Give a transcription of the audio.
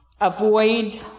avoid